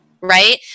right